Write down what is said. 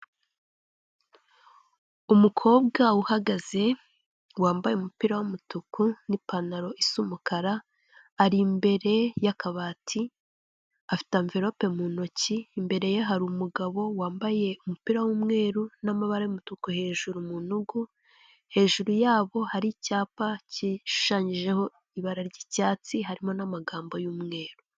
Umukobwa uhagaze, wambaye umupira w'umutuku, n'ipantaro isa umukara, ari imbere y'akabati, afite anverope mu ntoki, imbere ye hari umugabo wambaye umupira w'umweru n'amabara y'umutuku hejuru mu ntugu, hejuru yabo hari icyapa gishushanyijeho ibara ry'icyatsi, harimo n'amagambo y'umweru.